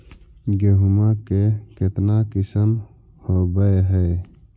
गेहूमा के कितना किसम होबै है?